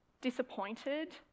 disappointed